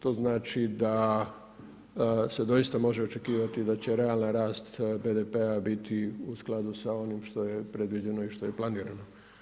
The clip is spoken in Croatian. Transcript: To znači da se doista može očekivati da će realni rast BDP-a biti u skladu s onim što je predviđeno, što je planirano.